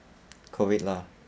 COVID lah